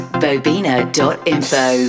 bobina.info